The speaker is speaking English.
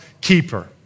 keeper